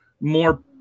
more